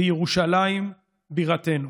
בירושלים בירתנו.